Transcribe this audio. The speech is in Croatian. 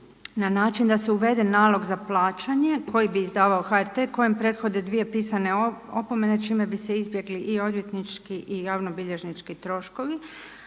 na način da se uvede nalog za plaćanje koji bi izdavao HRT kojem prethode dvije pisane opomene čime bi se izbjegli i odvjetnički i javnobilježnički troškovi